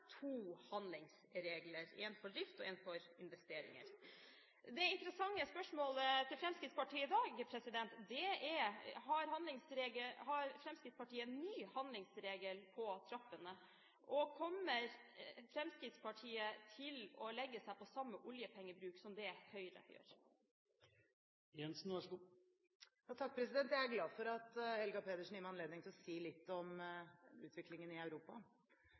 to handlingsregler, én for drift og én for investeringer. Det interessante spørsmålet til Fremskrittspartiet i dag er: Har Fremskrittspartiet ny handlingsregel på trappene, og kommer Fremskrittspartiet til å legge seg på samme oljepengebruk som det Høyre gjør? Jeg er glad for at Helga Pedersen gir meg anledning til å si litt om utviklingen i Europa,